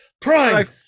Prime